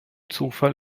zufall